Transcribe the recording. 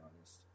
honest